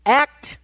act